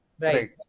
right